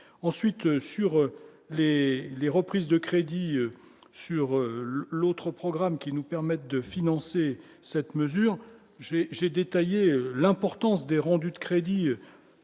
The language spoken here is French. ensuite sur les les reprises de crédit sur l'autre programme qui nous permettent de financer cette mesure, j'ai j'ai détaillé l'importance des rendus de crédit